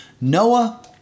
Noah